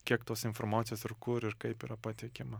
kiek tos informacijos ir kur ir kaip yra pateikiama